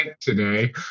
today